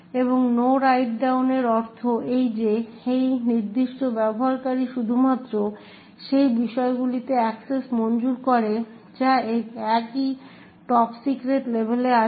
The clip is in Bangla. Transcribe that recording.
এবং নো রাইট ডাউন এর অর্থ এই যে এই নির্দিষ্ট ব্যবহারকারী শুধুমাত্র সেই বিষয়গুলিতে অ্যাক্সেস মঞ্জুর করে যা একই টপ সিক্রেট লেভেলে আছে